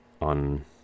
on